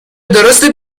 درسته